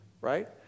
right